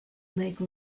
lake